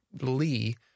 lee